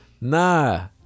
Nah